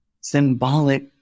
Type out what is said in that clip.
symbolic